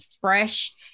fresh